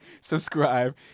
subscribe